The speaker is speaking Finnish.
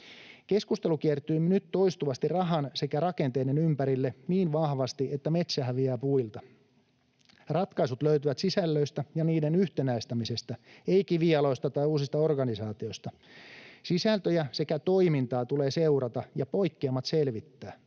Keskustelu kiertyy nyt toistuvasti rahan sekä rakenteiden ympärille niin vahvasti, että metsä häviää puilta. Ratkaisut löytyvät sisällöistä ja niiden yhtenäistämisestä, ei kivijaloista tai uusista organisaatioista. Sisältöjä sekä toimintaa tulee seurata ja poikkeamat selvittää.